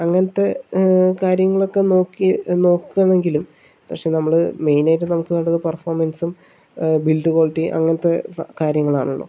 അങ്ങനത്തെ കാര്യങ്ങളൊക്കെ നോക്കി നോക്കുകയാന്നെങ്കിലും പക്ഷേ നമ്മള് മെയിൻ ആയിട്ട് നമുക്ക് വേണ്ടത് പെർഫോമൻസും ബിൽഡ് ക്വാളിറ്റി അങ്ങനത്തെ കാര്യങ്ങളാണല്ലോ